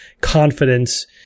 confidence